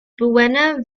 buena